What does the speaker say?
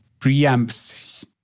preamps